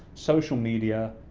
social media,